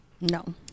no